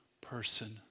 person